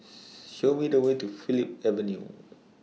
Show Me The Way to Philip Avenue